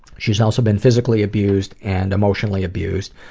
she's also been physically abused and emotionally abused.